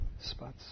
spots